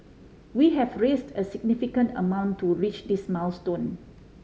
we have raised a significant amount to reach this milestone